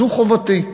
זו חובתי.